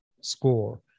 score